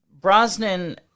Brosnan